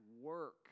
work